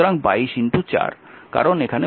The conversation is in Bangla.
সুতরাং 22 4